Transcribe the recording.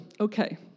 Okay